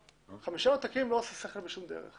חמישה עותקים לא עושה שכל בשום דרך.